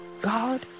God